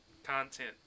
content